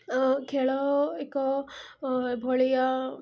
ଖେଳ ଏକ ଏଭଳିଆ